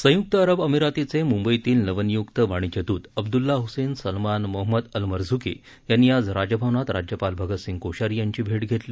संयुक्त अरब अमिरातीचे मुंबईतील नवनियुक्त वाणिज्यदृत Abdullah Hussain Salman Mohammed Almarzooqi यांनी आज राजभवनात राज्यपाल भगतसिंह कोश्यारी यांची भेट घेतली